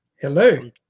hello